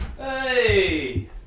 hey